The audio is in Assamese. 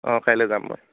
অ কাইলৈ যাম মই